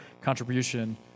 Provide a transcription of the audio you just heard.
contribution